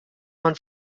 man